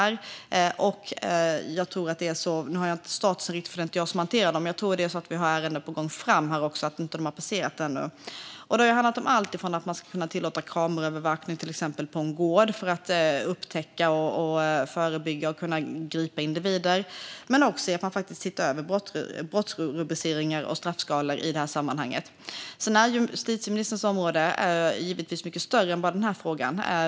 Nu känner jag inte till statusen, för det är inte jag som hanterar detta, men jag tror att vi har ärenden på väg fram här men som inte har passerat ännu. Det handlar om alltifrån att man till exempel ska kunna tillåta kameraövervakning på en gård för att upptäcka, förebygga och kunna gripa individer. Men det handlar också om att se över brottsrubriceringar och straffskalor i det här sammanhanget. Sedan är justitieministerns område givetvis mycket större än bara den här frågan.